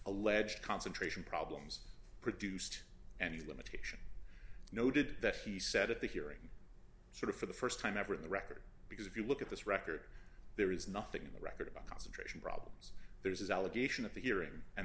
alleged concentration problems produced and the limitation noted that he said at the hearing sort of for the st time ever in the record because if you look at this record there is nothing in the record about concentration problems there's allegation of the hearing and